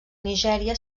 nigèria